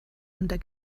unter